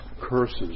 curses